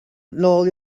nôl